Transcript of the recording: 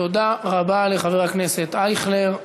תודה רבה לחבר הכנסת אייכלר.